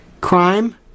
Crime